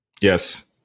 Yes